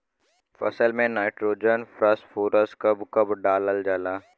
फसल में nitrogen phosphorus कब कब डालल जाला?